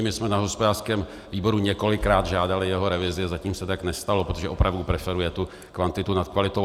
My jsme na hospodářském výboru několikrát žádali jeho revizi a zatím se tak nestalo, protože opravdu preferuje tu kvantitu nad kvalitou.